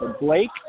Blake